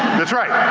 that's right.